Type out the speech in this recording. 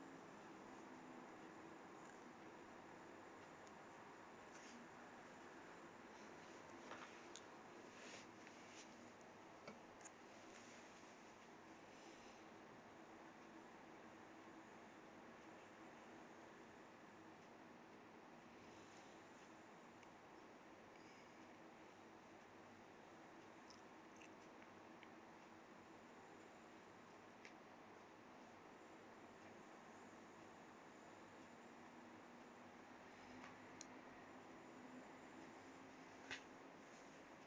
two two mm two two